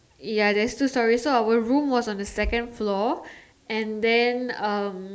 ya there's two stories so our room was on the second floor and then um